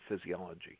physiology